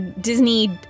Disney